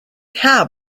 have